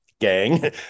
Gang